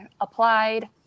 applied